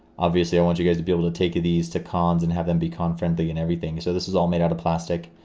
obviously i want you guys to be able to take these to cons and have them be con friendly and everything so this is all made out of plastic,